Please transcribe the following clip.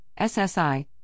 SSI